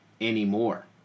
anymore